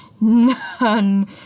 none